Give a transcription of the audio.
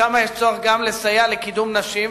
גם שם יש צורך לסייע לקידום נשים,